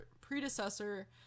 predecessor